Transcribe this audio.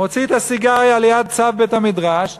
מוציא את הסיגריה ליד סף בית-המדרש,